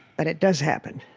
but it does happen.